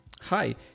Hi